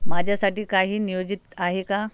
माझ्यासाठी काही नियोजित आहे का